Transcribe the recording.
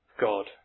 God